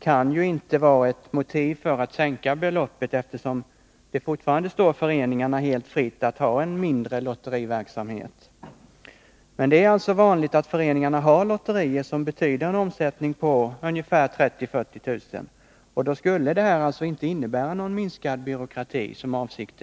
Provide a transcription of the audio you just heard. kan inte vara ett motiv för att beloppet skall sänkas, eftersom det fortfarande står föreningarna helt fritt att ha en mindre lotteriverksamhet. Det är alltså vanligt att föreningar har lotterier som ger en omsättning på 30 000-40 000 kr. Om man väljer det lägre beloppet skulle det alltså inte innebära någon minskad byråkrati, vilket ju var avsikten.